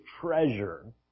treasure